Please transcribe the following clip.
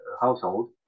household